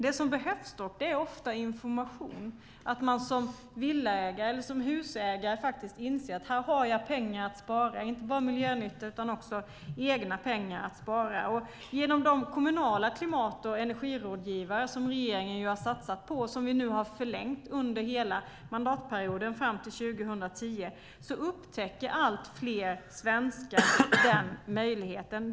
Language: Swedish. Det som behövs är ofta information, att man som villaägare eller husägare inser att här finns pengar att spara. Det är inte bara miljönytta utan också egna pengar att spara. Genom de kommunala klimat och energirådgivare som regeringen har satsat på och nu har förlängt under hela mandatperioden fram till 2014 upptäcker allt fler svenskar den möjligheten.